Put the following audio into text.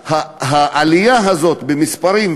נהייתה העלייה הזאת במספרים,